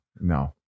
No